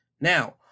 Now